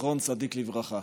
זיכרון צדיק לברכה.